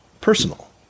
personal